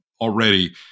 already